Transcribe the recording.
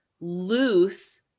loose